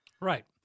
Right